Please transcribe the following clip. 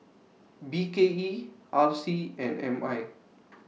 B K E R C and M I